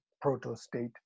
proto-state